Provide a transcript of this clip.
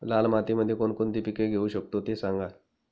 लाल मातीमध्ये कोणकोणती पिके घेऊ शकतो, ते सांगा